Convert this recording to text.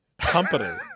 company